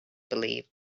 believed